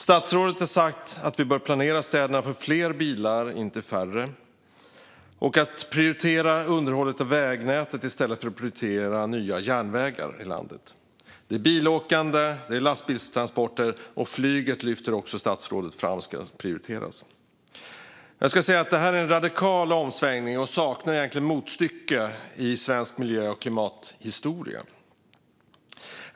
Statsrådet har sagt att vi bör planera städerna för fler bilar, inte färre, och prioritera underhållet av vägnätet i stället för att prioritera nya järnvägar i landet. Det är bilåkande, lastbilstransporter och flyget, som statsrådet också lyfter fram, som ska prioriteras. Det här är en radikal omsvängning som saknar motstycke i svensk miljö och klimathistoria.